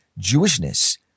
Jewishness